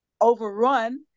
overrun